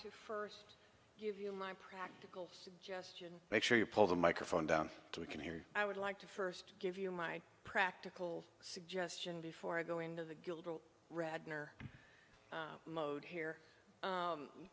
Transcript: to first give you my practical suggestion make sure you pull the microphone down so we can hear you i would like to first give you my practical suggestion before i go into the guild radnor mode here